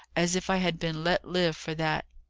as if i had been let live for that.